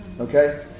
Okay